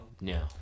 No